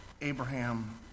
Abraham